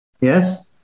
Yes